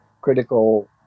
critical